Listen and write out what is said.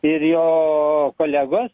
ir jo kolegos